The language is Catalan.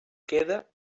queda